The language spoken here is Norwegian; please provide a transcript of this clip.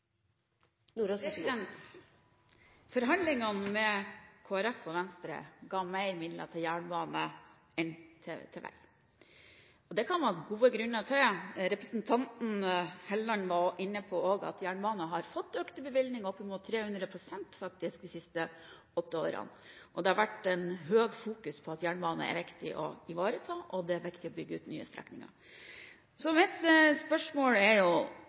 Forhandlingene med Kristelig Folkeparti og Venstre ga mer midler til jernbane enn til vei. Det kan det være gode grunner til. Representanten Hofstad Helleland var også inne på at jernbanen har fått økte bevilgninger – opp mot 300 pst. faktisk – de siste åtte årene. Det har vært sterkt fokus på at jernbanen er viktig å ta vare på, og at det er viktig å bygge ut nye strekninger. Når jeg ser i både tilleggsproposisjonen og innstillingen fra komiteen, er